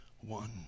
one